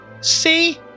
See